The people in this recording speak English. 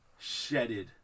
shedded